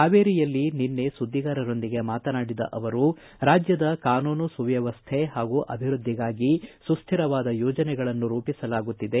ಹಾವೇರಿಯಲ್ಲಿ ನಿನ್ನೆ ಸುದ್ದಿಗಾರರೊಂದಿಗೆ ಮಾತನಾಡಿದ ಅವರು ರಾಜ್ಯದ ಕಾನೂನು ಸುವ್ಯವಸ್ಥೆ ಹಾಗೂ ಅಭಿವೃದ್ದಿಗಾಗಿ ಸುಸ್ವಿರವಾದ ಯೋಜನೆಗಳನ್ನು ರೂಪಿಸಲಾಗುತ್ತದೆ